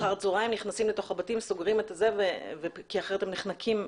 הם נכנסים לבתים וסוגרים כי אחרת הם נחנקים,